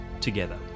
together